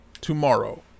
tomorrow